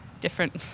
different